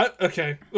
okay